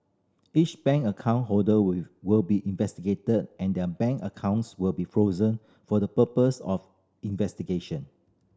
each bank account holder will will be investigated and their bank accounts will be frozen for the purpose of investigation